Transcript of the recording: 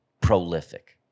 prolific